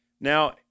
Now